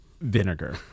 Vinegar